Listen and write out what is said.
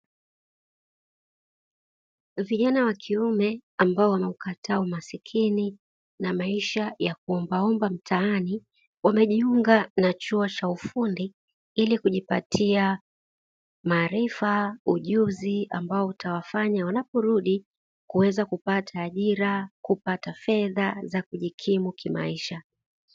Vijana wa kiume ambao wameukataa umaskini na maisha ya kuombaomba mtaani, wamejiunga na chuo cha ufundi ili kujipatia maarifa, ujuzi ambao utawafanya wanaporudi kuweza kupata ajira, kupata fedha za kujikimu kimaisha.